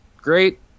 great